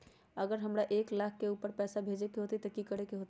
अगर हमरा एक लाख से ऊपर पैसा भेजे के होतई त की करेके होतय?